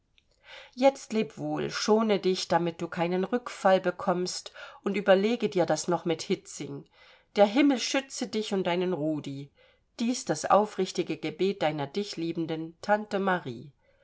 jetzt leb wohl schone dich damit du keinen rückfall bekommst und überlege dir das noch mit hietzing der himmel schütze dich und deinen rudi dies das aufrichtige gebet deiner dich liebenden tante marie